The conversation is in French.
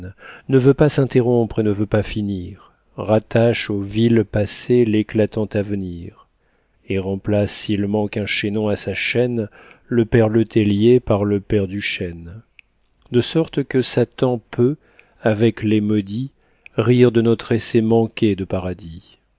ne veut pas s'interrompre et ne veut pas finir rattache au vil passé l'éclatant avenir et remplace s'il manque un chaînon à sa chaîne le père letellier par le père duchêne de sorte que satan peut avec les maudits rire de notre essai manqué de paradis